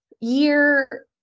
year